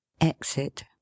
exit